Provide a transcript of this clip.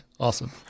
Awesome